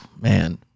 man